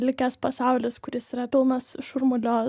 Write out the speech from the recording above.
likęs pasaulis kuris yra pilnas šurmulio